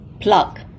plug